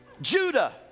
Judah